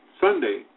Sunday